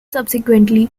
subsequently